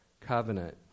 covenant